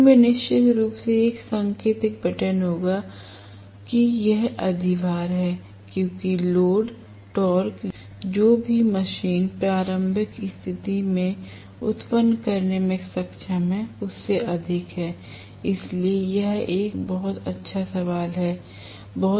lift में निश्चित रूप से एक संकेतक बटन होगा कि यह अधिभार है क्योंकि लोड टॉर्क जो भी मशीन प्रारंभिक स्थिति में उत्पन्न करने में सक्षम है उससे अधिक है इसलिए यह एक बहुत अच्छा सवाल है बहुत वैध सवाल है